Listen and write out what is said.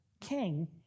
king